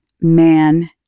man